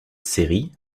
série